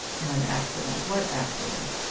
an accident! what accident?